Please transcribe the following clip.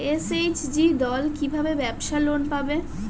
SHG দল কী ভাবে ব্যাবসা লোন পাবে?